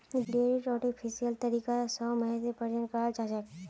डेयरीत आर्टिफिशियल तरीका स मवेशी प्रजनन कराल जाछेक